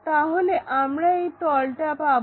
তাহলে আমরা এই তলটা পাবো